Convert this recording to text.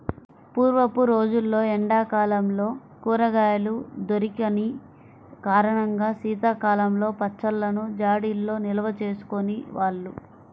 పూర్వపు రోజుల్లో ఎండా కాలంలో కూరగాయలు దొరికని కారణంగా శీతాకాలంలో పచ్చళ్ళను జాడీల్లో నిల్వచేసుకునే వాళ్ళు